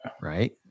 Right